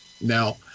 Now